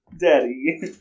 Daddy